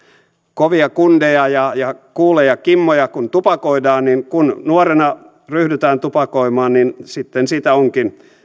kovia kundeja ja ja cooleja kimmoja kun tupakoidaan kun nuorena ryhdytään tupakoimaan niin sitten siitä onkin